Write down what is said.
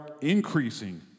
increasing